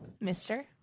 mister